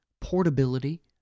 portability